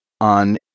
on